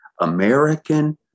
American